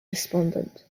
despondent